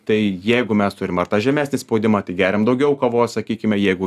tai jeigu mes turim ar tą žemesnį spaudimą tai geriam daugiau kavos sakykime jeigu